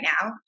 now